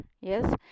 Yes